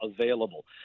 available